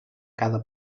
cada